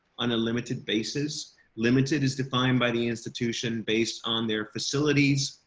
on a limited basis limited is defined by the institution based on their facilities,